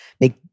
make